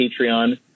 Patreon